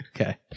Okay